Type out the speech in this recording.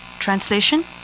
Translation